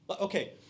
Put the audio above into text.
Okay